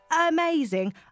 amazing